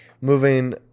Moving